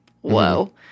whoa